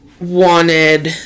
wanted